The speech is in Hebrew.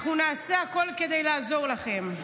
אנחנו נעשה הכול כדי לעזור לכן.